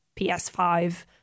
PS5